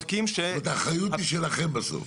האחריות היא שלכם בסוף.